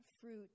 fruit